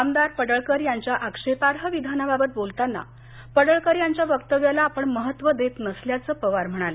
आमदार गोपीचंद पडळकर यांच्या आक्षेपार्ह विधानाबाबत बोलताना पडळकर यांच्या वक्तव्याला आपण महत्त्व देत नसल्याचं पवार म्हणाले